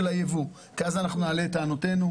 הייבוא כי אז אנחנו נעלה את טענותינו.